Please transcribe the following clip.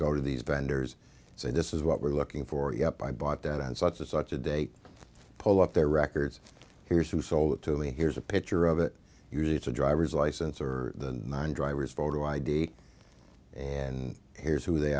go to these vendors say this is what we're looking for yep i bought that on such and such a date pull up their records here's who sold it to me here's a picture of it because it's a driver's license or the driver's photo i d and here's who they